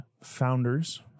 founders